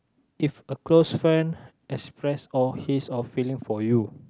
if a close friend express or his or feeling for you